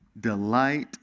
delight